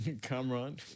Kamran